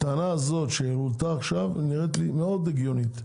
הטענה הזו שהועלתה עכשיו נראית לי מאוד הגיונית,